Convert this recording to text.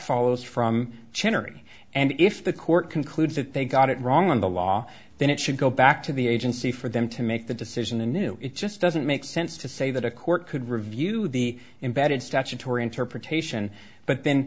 follows from chinnery and if the court concludes that they got it wrong in the law then it should go back to the agency for them to make the decision and knew it just doesn't make sense to say that a court could review the embedded statutory interpretation but then